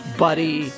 buddy